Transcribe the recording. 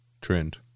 Trend